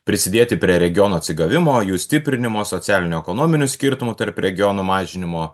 prisidėti prie regionų atsigavimo jų stiprinimo socialinių ekonominių skirtumų tarp regionų mažinimo